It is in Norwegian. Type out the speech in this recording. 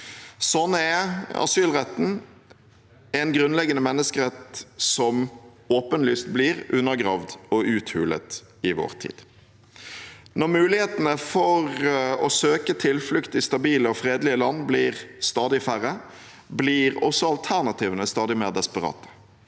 Slik er asylretten en grunnleggende menneskerett som åpenlyst blir undergravd og uthulet i vår tid. Når mulighetene for å søke tilflukt i stabile og fredelige land blir stadig færre, blir også alternativene stadig mer desperate.